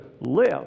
live